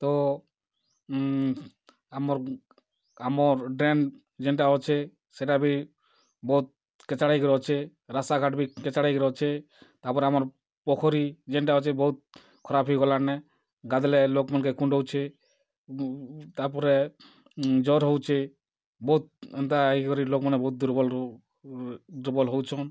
ତ ଆମର୍ ଆମର୍ ଡ୍ରେନ୍ ଯେନ୍ଟା ଅଛେ ସେଟା ବି ବହୁତ୍ କେଚ୍ଡ଼ା ହେଇକରି ଅଛେ ରାସ୍ତାଘାଟ୍ ବି କେଚ୍ଡ଼ା ହେଇକରି ଅଛେ ତା'ର୍ପରେ ଆମର୍ ପୋଖ୍ରୀ ଯେନ୍ଟା ଅଛେ ବହୁତ୍ ଖରାପ୍ ହେଇଗଲାନେ ଗାଧ୍ଲେ ଲୋକ୍ମାନ୍କେ କୁଣ୍ଡଉଛେ ତା'ର୍ପରେ ଜର୍ ହେଉଛେ ବହୁତ୍ ଏନ୍ତା ହେଇକରି ଲୋକ୍ମାନେ ବହୁତ୍ ଦୁର୍ବଲ୍ ଦୁର୍ବଲ୍ ହେଉଛନ୍